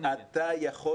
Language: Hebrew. אתה נגד.